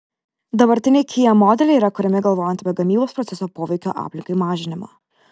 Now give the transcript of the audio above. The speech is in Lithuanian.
dabartiniai kia modeliai yra kuriami galvojant apie gamybos proceso poveikio aplinkai mažinimą